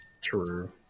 True